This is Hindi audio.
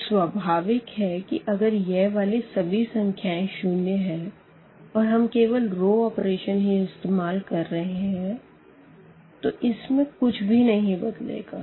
तो स्वाभाविक है कि अगर यह वाली सभी संख्याएं शून्य और हम केवल रो ऑपरेशन ही इस्तेमाल क्र रहे है तो इसमें कुछ भी नहीं बदलेगा